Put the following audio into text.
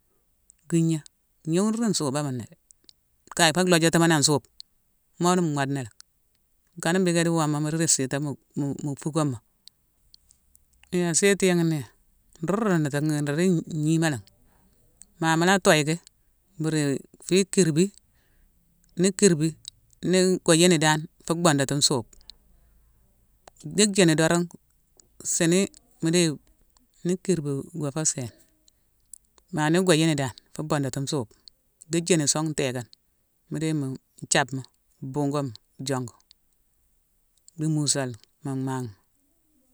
Gwigna gnowurune nsubane né. Kaye fo lhajatini an suubma, mo di modena lacki. Nkan na bhické idi woma mu di rispité mu- mu- fuckoma. Di a azéyeti yangh né, nru rundutighi ru di ngnima langhi. Ma mula toye ki mburi- fi kirbi. Ni kirbi, ni go yine ni dan fu bhondeti nsubema. Ni jini dorong, sini, mu déye ni kirbi, go fé sééne. Ma ni go yine ni dan fu bondeti nsubma. ni jini song, thééckane. Mu déye mu nthiabema, buugoma jongu. Dhi musale mu mhaama.